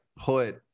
put